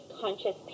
conscious